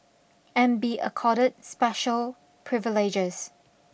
and be accorded special privileges